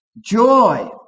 joy